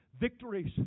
victories